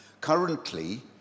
Currently